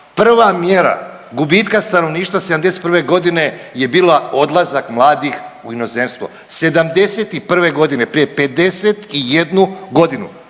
prva mjera gubitka stanovništva '71. godine je bila odlazak mladih u inozemstvo. '71. godine prije 51 godinu.